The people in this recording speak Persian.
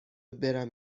برم